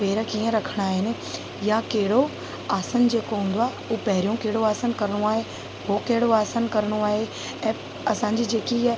पेरु कीअं रखिणा आहिनि या कहिड़ो आसन जेको हूंदो आहे उहा पहिरियों कहिड़ो आसन करिणो आहे पोइ कहिड़ो आसन करिणो आहे ऐं असांजी जेकी इहा